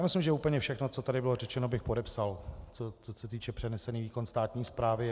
Myslím, že úplně všechno, co tady bylo řečeno, bych podepsal, co se týče přenesený výkon státní správy.